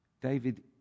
David